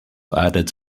added